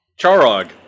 Charog